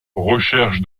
recherche